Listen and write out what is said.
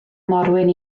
morwyn